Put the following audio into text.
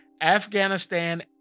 Afghanistan